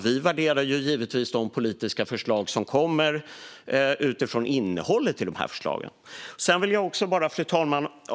Vi värderar givetvis de politiska förslag som kommer utifrån innehållet i förslagen. Fru talman!